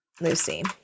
Lucy